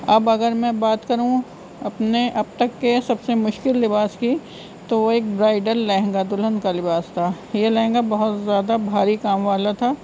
اب اگر میں بات کروں اپنے اب تک کے سب سے مشکل لباس کی تو وہ ایک برائڈل لہنگا دلہن کا لباس تھا یہ لہنگا بہت زیادہ بھاری کام والا تھا